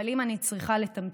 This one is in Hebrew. אבל אם אני צריכה לתמצת: